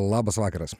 labas vakaras